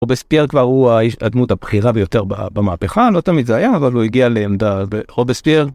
רובס פייר כבר הוא הדמות הבכירה ביותר במהפכה, לא תמיד זה היה אבל הוא הגיע לעמדה, רובס פייר.